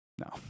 No